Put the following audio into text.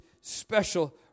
special